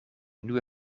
nieuwe